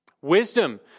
Wisdom